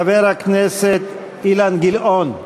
חבר הכנסת אילן גילאון.